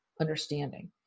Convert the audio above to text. understanding